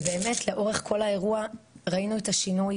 ובאמת לאורך כל האירוע ראינו את השינוי